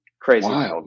crazy